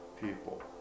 people